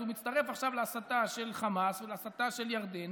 אז הוא מצטרף עכשיו להסתה של חמאס ולהסתה של ירדן